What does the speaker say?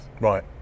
Right